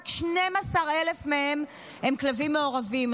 רק 12,000 מהם הם כלבים מעורבים,